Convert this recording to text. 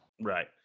Right